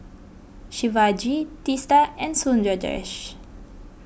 Shivaji Teesta and Sundaresh